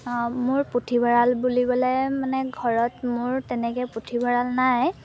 মোৰ পুথিভঁৰাল বুলিবলৈ মানে ঘৰত মোৰ তেনেকৈ পুথিভঁৰাল নাই